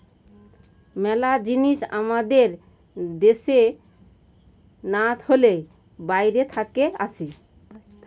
মেলা জিনিস আমাদের দ্যাশে না হলে বাইরে থাকে আসে